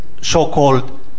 so-called